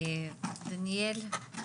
דניאל,